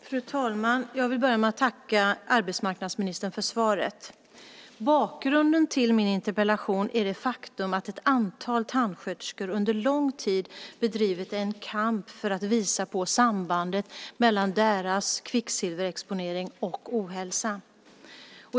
Fru talman! Jag vill börja med att tacka arbetsmarknadsministern för svaret. Bakgrunden till min interpellation är det faktum att ett antal tandsköterskor under lång tid bedrivit en kamp för att visa på sambandet mellan deras kvicksilverexponering och ohälsa.